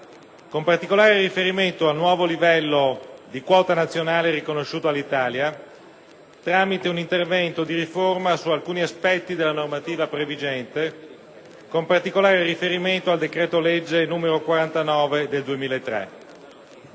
con particolare riferimento al nuovo livello di quota nazionale riconosciuto all'Italia, tramite un intervento di riforma su alcuni aspetti della normativa previgente, soprattutto relativamente al decreto-legge n. 49 del 2003.